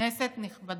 כנסת נכבדה,